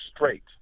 straight